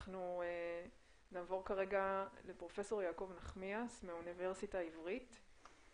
נעבור לפרופ' יעקב נחמיאס מהאוניברסיטה העברית.